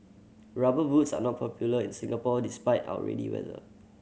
Rubber Boots are not popular in Singapore despite our rainy weather